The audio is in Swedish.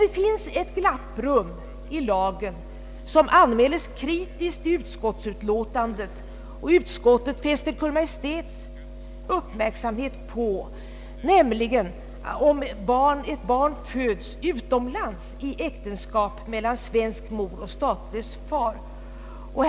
Det finns dock ett glapprum i lagen, som utskottet kritiserar i utlåtandet och fäster Kungl. Maj:ts uppmärksamhet på, nämligen att om ett barn föds utomlands i äktenskap mellan svensk kvinna och statslös man blir barnet statslöst.